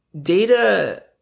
data